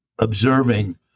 observing